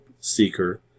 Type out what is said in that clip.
seeker